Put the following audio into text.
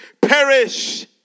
perish